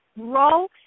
grow